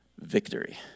victory